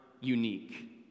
unique